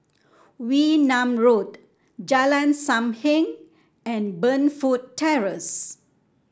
Wee Nam Road Jalan Sam Heng and Burnfoot Terrace